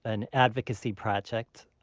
an advocacy project.